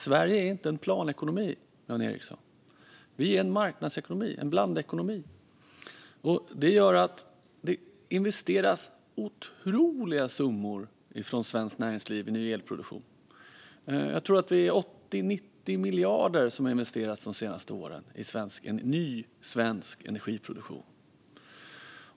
Sverige är inte en planekonomi, Jan Ericson. Vi är en marknadsekonomi och en blandekonomi. Det gör att svenskt näringsliv investerar otroliga summor i ny elproduktion. Jag tror att 80-90 miljarder har investerats under de senaste åren i ny svensk energiproduktion.